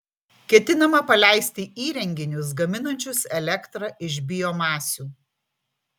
ketinama paleisti įrenginius gaminančius elektrą iš biomasių